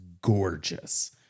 gorgeous